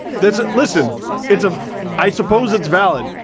that's it. listen it's a i suppose it's valid,